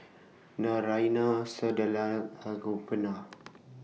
Naraina Sunderlal and Gopinath